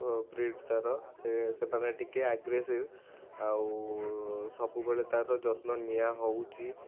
breed ତାର ସେ ସେମାନେ ଟିକେ ଆଗ୍ରେସିଭ ଆଉ ସବୁବେଳେ ତାର ଯତ୍ନ ନିଆ ହେଉଛି